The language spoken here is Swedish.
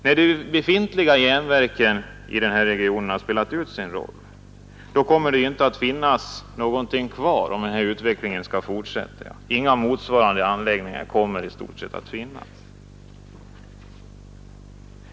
När de nu befintliga järnverken har spelat ut sin roll, kommer det i stort sett inte att finnas några motsvarande anläggningar kvar om denna utveckling skall fortsätta.